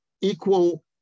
equal